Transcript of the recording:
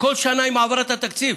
כל שנה עם העברת התקציב.